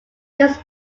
this